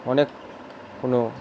অনেক কোনো